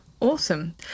Awesome